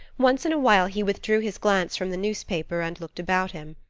once in a while he withdrew his glance from the newspaper and looked about him.